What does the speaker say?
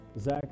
Zach